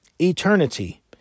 eternity